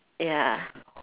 ya